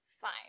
fine